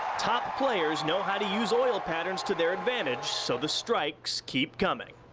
top players know how to use oil patterns to their advantage so the strikes keep coming.